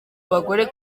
abagore